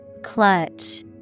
Clutch